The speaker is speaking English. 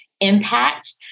impact